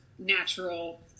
natural